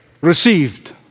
received